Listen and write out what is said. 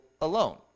alone